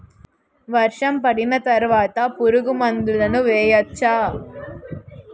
వర్షం పడిన తర్వాత పురుగు మందులను వేయచ్చా?